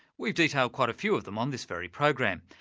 we've detailed quite a few of them on this very program.